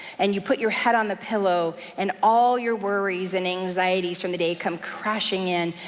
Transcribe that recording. and you put your head on the pillow, and all your worries and anxieties from the day come crashing in,